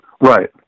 Right